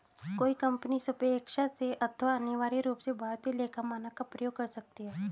कोई कंपनी स्वेक्षा से अथवा अनिवार्य रूप से भारतीय लेखा मानक का प्रयोग कर सकती है